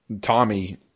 Tommy